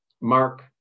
Mark